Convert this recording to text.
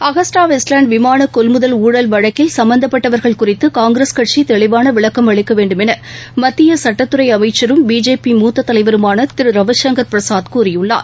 Agusta Westland விமான கொள்முதல் ஊழல் வழக்கில் சும்பந்தப்பட்டவர்கள் குறித்து காங்கிரஸ் கட்சி தெளிவான விளக்கம் அளிக்க வேண்டும் என மத்திய சட்டத்துறை அமைச்சரும் பிஜேபி மூத்த தலைவருமான திரு ரவிசுங்கர் பிரசாத் கூறியுள்ளார்